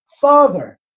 Father